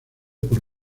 por